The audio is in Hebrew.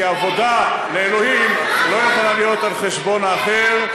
כי עבודה לאלוהים לא יכולה להיות על חשבון האחר,